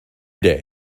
day